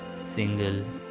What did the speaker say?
single